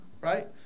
right